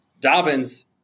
Dobbins